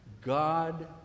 God